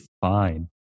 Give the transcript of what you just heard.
fine